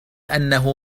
أنه